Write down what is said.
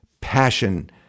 passion